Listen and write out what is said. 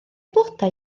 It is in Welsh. blodau